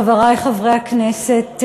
חברי חברי הכנסת,